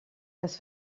das